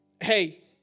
Hey